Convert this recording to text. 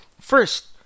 First